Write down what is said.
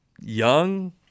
Young